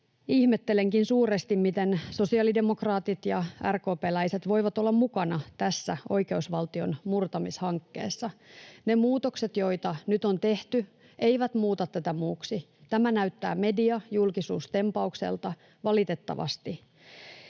Ihmettelenkin suuresti, miten sosiaalidemokraatit ja RKP:läiset voivat olla mukana tässä oikeusvaltion murtamishankkeessa. Ne muutokset, joita nyt on tehty, eivät muuta tätä muuksi. Tämä näyttää mediajulkisuustempaukselta, valitettavasti.